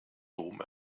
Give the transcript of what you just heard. dom